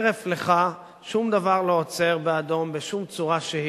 הרף לך, שום דבר לא עוצר באדום בשום צורה שהיא.